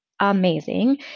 amazing